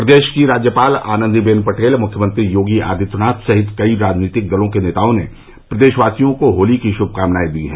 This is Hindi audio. प्रदेश की राज्यपाल आनन्दी बेन पटेल मुख्यमंत्री योगी आदित्यनाथ सहित कई राजनीतिक दलों के नेताओं ने प्रदेशवासियों को होली की शुभ कामनायें दी हैं